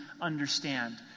understand